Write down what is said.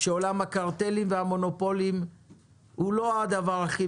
שלפיהם עולם הקרטלים והמונופולים הוא לא הדבר שהכי